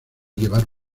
llevar